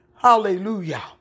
Hallelujah